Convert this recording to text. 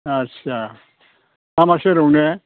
आच्चा लामा सेराव ने